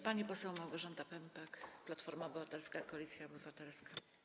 Pani poseł Małgorzata Pępek, Platforma Obywatelska - Koalicja Obywatelska.